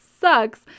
sucks